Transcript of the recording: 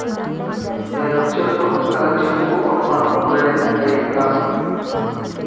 నేను చెక్కు ను కలెక్షన్ కు పంపాను క్రెడిట్ అయ్యిందా